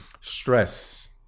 Stress